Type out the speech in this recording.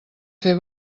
fer